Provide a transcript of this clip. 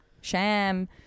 sham